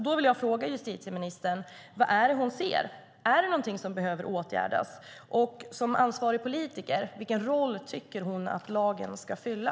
Då vill jag fråga justitieministern vad det är hon ser. Är det något som behöver åtgärdas? Vilken roll anser hon som ansvarig politiker att lagen ska fylla?